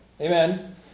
amen